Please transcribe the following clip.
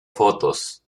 fotos